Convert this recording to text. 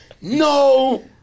No